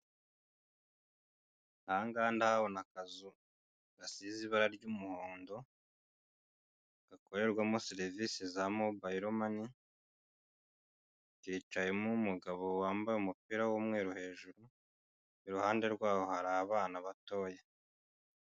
Ahangaha ndahabona akazu gasize ibara ry'umuhondo hakorerwamo serivise za mobayiro mani, kicayemo umugabo wambaye umupira w'umweru hejuru, iruhande rwaho hari abana batoya.